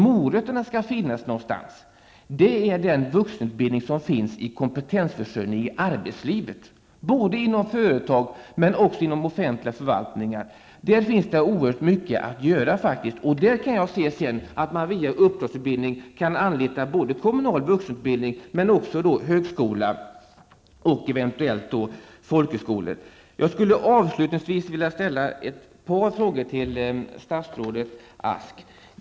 Morötterna skall finnas inom den vuxenutbildning som sker som kompetensförsörjning i arbetslivet, både inom företag och den offentliga förvaltningen. På detta område finns oerhört mycket att göra. Via uppdragsutbildning kan man anlita kommunal vuxenutbildning, högskola och folkhögskola. Avslutningsvis skulle jag vilja ställa ett par frågor till statsrådet Ask.